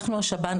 אנחנו השב"ן,